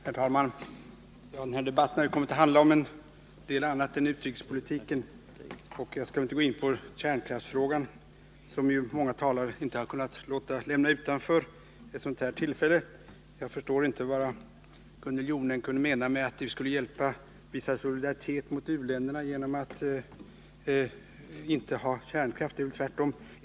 Herr talman! Den här debatten har kommit att handla om en del annat än utrikespolitiken. Jag skallinte gå in på kärnkraftsfrågan, som ju många talare inte har kunnat lämna utanför vid ett tillfälle som detta. Jag förstår inte vad Gunnel Jonäng kunde mena med att vi skulle visa solidaritet gentemot u-länderna genom att inte ha kärnkraft. Det är väl tvärtom.